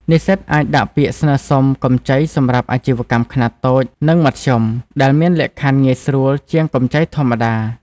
និស្សិតអាចដាក់ពាក្យស្នើសុំកម្ចីសម្រាប់អាជីវកម្មខ្នាតតូច និងមធ្យម ដែលមានលក្ខខណ្ឌងាយស្រួលជាងកម្ចីធម្មតា។